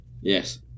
Yes